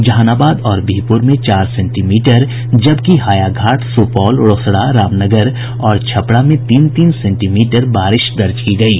जहानाबाद और बिहपुर में चार सेंटीमीटर जबकि हायाघाट सुपौल रोसड़ा रामनगर और छपरा में तीन तीन सेंटीमीटर बारिश दर्ज की गयी